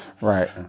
Right